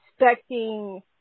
expecting